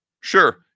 sure